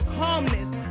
calmness